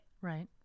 Right